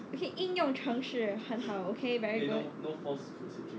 okay 应用城市很好 okay very good